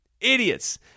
idiots